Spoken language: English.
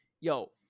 yo